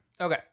Okay